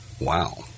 Wow